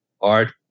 art